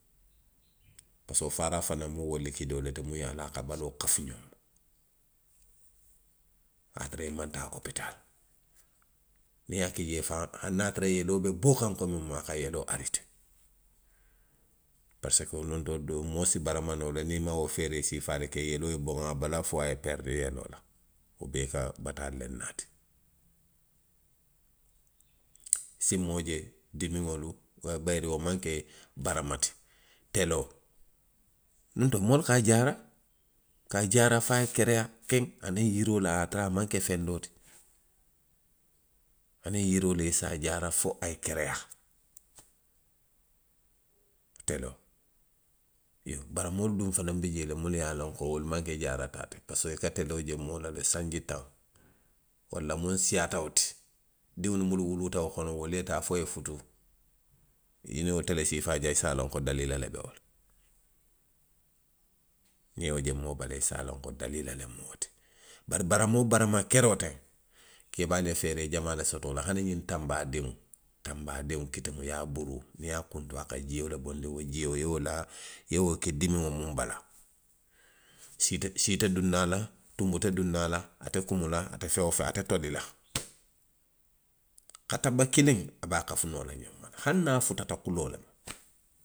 Parisiko wo faaraa fanaŋ mu wo likidoo le ti muŋ ye a loŋ a ka baloo kafu ňoŋ ma. A ye a tara i maŋ taa opitaali. Niŋ i ye a ki jee faŋ. hani a ye a tara yeloo be bo kaŋ ko muŋ mu, a ka yeloo areetee parisiko nunto doo, moo si barama noo le niŋ i maŋ wo feeree siifaalu ke, yeloo ye boŋ a bala fo a ye peridi yeloo la wo bee ka bataalu le naati. I si moo je dimiŋolu, bayiri wo maŋ ke barama ti. teloo. nuŋ to, moolu ka a jaara, ka a jaara fo a ye kereyaa keŋ aniŋ yiroo la, a ye a tara a maŋ ke feŋ doo ti. hani ňiŋ yiroo, i se a jaara fo a ye kereyaa, teloo; iyoo, baramoolu duŋ fanaŋ bi jee le munnu ye a loŋ ko wolu maŋ ke jaara taa ti parisiko i ka teloo je moo la le sanji taŋ. walla muŋ siiyaata wo ti. Diŋolu munnu wuluuta wo kono, wolu ye taa fo i ye futuu, niŋ i ye wo tele siifaa je, i se a loŋ ko daliila le be wo la. Niŋ i ye wo je moo bala, i se a loŋ ko daliila lemu wo ti. Bari barama woo barama keroo teŋ. keebaalu ye feree jamaa le soto wo la, hani ňiŋ tanbaa diŋo. tanbaa diŋ kitiŋo, i ye a buruu, niŋ i ye a kuntu, a ka jio le bondi, wo jio, i ye wo laa, i ye wo ke dimiŋo muŋ bala, sii, sii te duŋ na a. la. tubu te duŋ na a la, ate kumu la, ate feŋ woo feŋ, ate toli la. Kataba kiliŋ, a be a kafu noo la ňoŋ ma hani niŋ a futata koloo le ma.